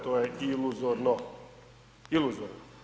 To je iluzorno.